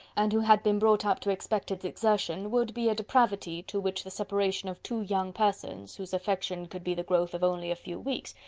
and who had been brought up to expect its exertion, would be a depravity, to which the separation of two young persons, whose affection could be the growth of only a few weeks,